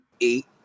eight